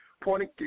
Pointing